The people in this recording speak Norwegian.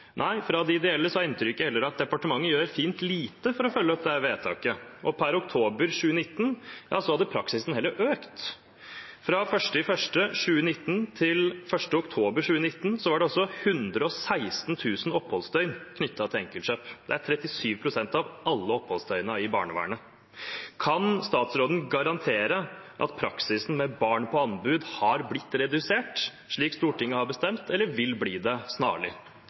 Nei, fra de ideelle er inntrykket heller at departementet gjør fint lite for å følge opp dette vedtaket, og per oktober 2019 hadde praksisen heller økt. Fra 1. januar 2019 til 1. oktober 2019 var det altså 116 000 oppholdsdøgn knyttet til enkeltkjøp – det er 37 pst. av alle oppholdsdøgnene i barnevernet. Kan statsråden garantere at praksisen med barn på anbud har blitt redusert, slik Stortinget har bestemt, eller vil bli det snarlig?